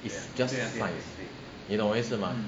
it's just science 你懂我的意思吗